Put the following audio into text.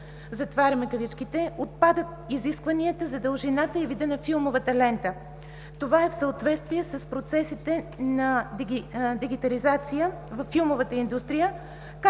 на анимационен филм“ отпадат изискванията за дължината и вида на филмовата лента. Това е в съответствие с процесите на дигитализация във филмовата индустрия,